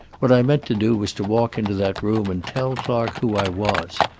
what i meant to do was to walk into that room and tell clark who i was.